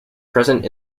present